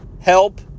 help